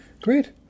Great